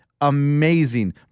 amazing